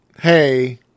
hey